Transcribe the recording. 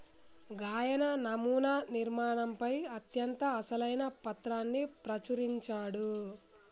గాయన నమునా నిర్మాణంపై అత్యంత అసలైన పత్రాన్ని ప్రచురించాడు